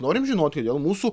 norim žinoti kodėl mūsų